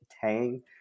tang